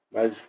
Mas